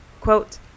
quote